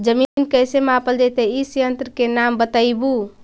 जमीन कैसे मापल जयतय इस यन्त्र के नाम बतयबु?